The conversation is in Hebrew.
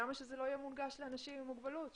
למה שזה לא יהיה מונגש לאנשים עם מוגבלות,